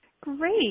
Great